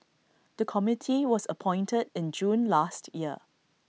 the committee was appointed in June last year